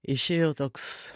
išėjo toks